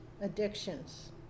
addictions